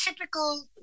typical